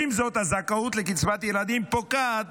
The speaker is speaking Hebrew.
עם זאת, הזכאות לקצבת ילדים פוקעת